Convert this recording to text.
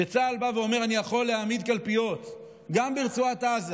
כשצה"ל בא ואומר: אני יכול להעמיד קלפיות גם ברצועת עזה